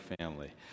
family